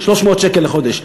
300 שקל לחודש.